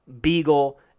Beagle